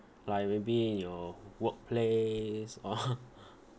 like maybe in your workplace or